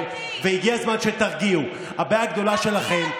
שנייה אחת.